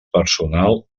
personal